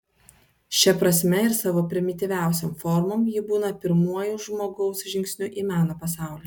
šia prasme ir savo primityviausiom formom ji būna pirmuoju žmogaus žingsniu į meno pasaulį